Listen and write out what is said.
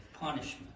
punishment